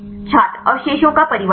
छात्र अवशेषों का परिवर्तन